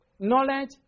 Knowledge